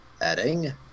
Adding